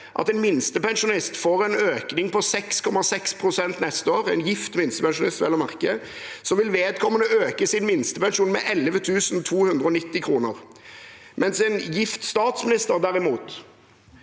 at en gift minstepensjonist får en økning på 6,6 pst. neste år, vil vedkommende øke sin minstepensjon med 11 290 kr. Men hvis en gift statsminister får